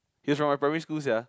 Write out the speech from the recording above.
he from my primary school sia